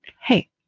hey